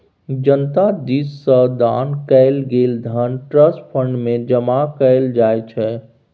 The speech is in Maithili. जनता दिस सँ दान कएल गेल धन ट्रस्ट फंड मे जमा कएल जाइ छै